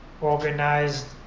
organized